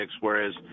Whereas